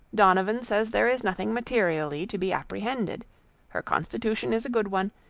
donavan says there is nothing materially to be apprehended her constitution is a good one,